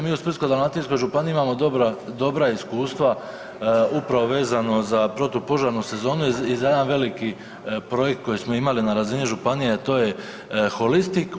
Mi u Splitsko-dalmatinskoj županiji imamo dobra iskustva upravo vezano za protupožarnu sezonu i za jedan veliki projekt koji smo imali na razini županije, a to je Holistik.